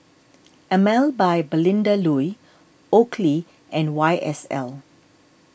Emel by Belinda Looi Oakley and Y S L